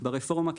ברפורמה,